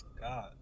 god